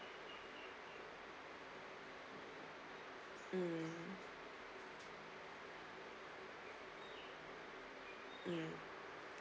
mm